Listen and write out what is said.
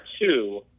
two